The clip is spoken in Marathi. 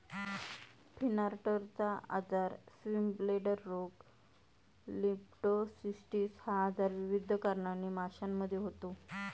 फिनार्टचा आजार, स्विमब्लेडर रोग, लिम्फोसिस्टिस हा आजार विविध कारणांनी माशांमध्ये होतो